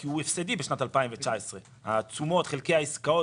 כי הוא הפסדי בשנת 2019. התשומות חלקי העסקאות,